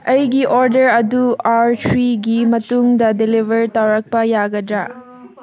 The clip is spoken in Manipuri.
ꯑꯩꯒꯤ ꯑꯣꯔꯗꯔ ꯑꯗꯨ ꯑꯋꯥꯔ ꯊ꯭ꯔꯤꯒꯤ ꯃꯇꯨꯡꯗ ꯗꯤꯂꯤꯕꯔ ꯇꯧꯔꯛꯄ ꯌꯥꯒꯗ꯭ꯔꯥ